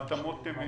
ההתאמות הן